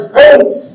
States